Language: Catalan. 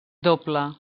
doble